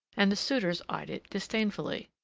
and the suitors eyed it disdainfully.